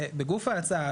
בגוף ההצעה,